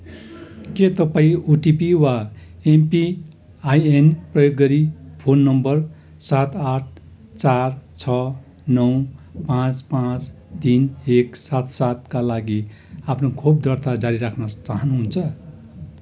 के तपै ओटिपी वा एमपिआइएन प्रयोग गरी फोन नम्बर सात आठ चार छ नौ पाँच पाँच तिन एक सात सातका लागि आफ्नो खोप दर्ता जारी राख्न चाहनुहुन्छ